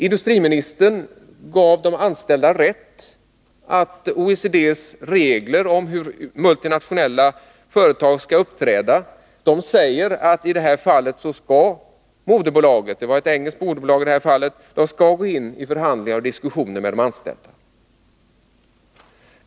Industriministern gav de anställda rätt i att OECD:s regler om hur multinationella företag skall uppträda säger att moderbolaget — i det här fallet ett engelskt bolag — skall gå in i diskussioner och förhandlingar med de anställda.